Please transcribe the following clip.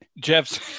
Jeff's